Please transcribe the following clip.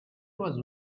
was